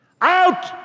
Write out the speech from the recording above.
Out